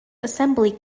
assembly